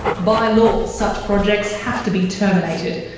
by law such projects have to be terminated,